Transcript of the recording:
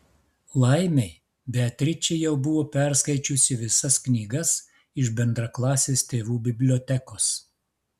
laimei beatričė jau buvo perskaičiusi visas knygas iš bendraklasės tėvų bibliotekos